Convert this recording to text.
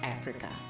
Africa